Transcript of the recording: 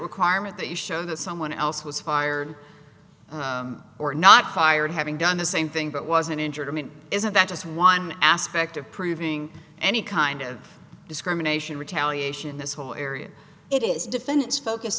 requirement that you show that someone else who is fired or not fired having done the same thing but wasn't injured i mean isn't that just one aspect of proving any kind of discrimination retaliation this whole area it is defendants focus